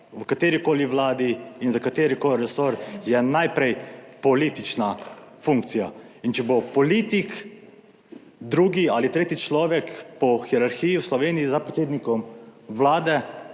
v katerikoli vladi in za katerikoli resor je najprej politična funkcija, in če bo politik, drugi ali tretji človek po hierarhiji, v Sloveniji za predsednikom Vlade